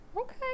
Okay